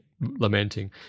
lamenting